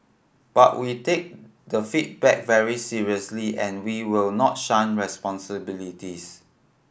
but we take the feedback very seriously and we will not shun responsibilities